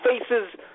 faces